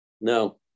No